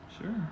Sure